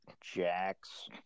Jack's